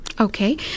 Okay